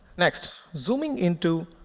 next, zooming into